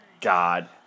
God